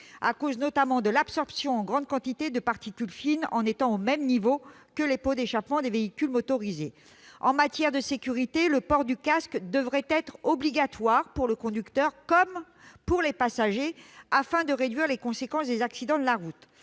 à cause de l'absorption en grande quantité de particules fines, puisqu'ils se trouvent au même niveau que les pots d'échappement des véhicules motorisés. En matière de sécurité, le port du casque devrait être obligatoire pour le conducteur comme pour les passagers, afin de réduire les conséquences des accidents de la route.